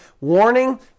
warning